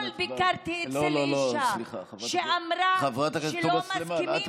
אתמול ביקרתי אצל אישה שאמרה שלא מסכימים להגיע אליה.